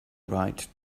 write